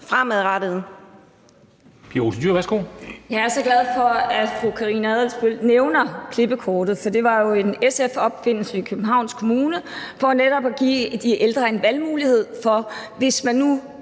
Dyhr (SF): Jeg er så glad for, at fru Karina Adsbøl nævner klippekortet, for det var jo en SF-opfindelse i Københavns Kommune for netop at give de ældre en valgmulighed. Hvis man nu